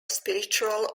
spiritual